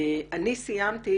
אני סיימתי.